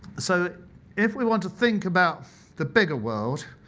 so if we want to think about the bigger world,